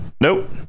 Nope